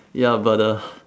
ya but uh